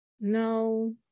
no